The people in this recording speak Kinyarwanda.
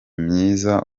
myiza